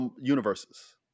universes